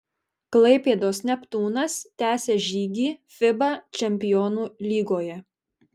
klaipėdos neptūnas tęsia žygį fiba čempionų lygoje